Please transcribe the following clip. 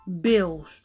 bills